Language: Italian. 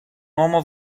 uomo